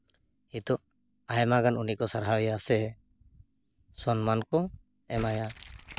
ᱱᱤᱛᱚᱜ ᱟᱭᱢᱟ ᱜᱟᱱ ᱩᱱᱤ ᱠᱚ ᱥᱟᱨᱦᱟᱣᱭᱟ ᱥᱮ ᱥᱚᱱᱢᱟᱱ ᱠᱚ ᱮᱢᱟᱭᱟ